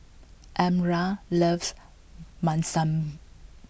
Elmyra loves Munson